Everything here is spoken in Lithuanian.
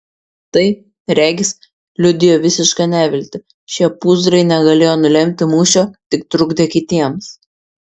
tai regis liudijo visišką neviltį šie pūzrai negalėjo nulemti mūšio tik trukdė kitiems